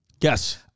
yes